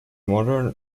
modern